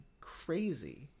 crazy